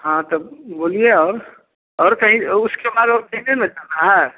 हाँ तब बोलिए और और कहीं उसके बाद और कहीं नहीं न जाना है